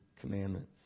commandments